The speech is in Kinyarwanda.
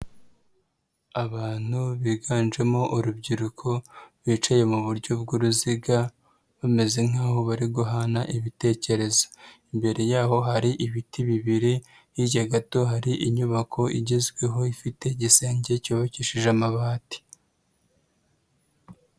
Abantu biganjemo urubyiruko bicaye mu buryo bw'uruziga, bameze nkaho bari guhana ibitekerezo, imbere yaho hari ibiti bibiri, hirya gato hari inyubako igezweho ifite igisenge cyubakishije amabati.